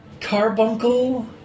Carbuncle